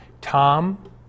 Tom